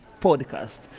podcast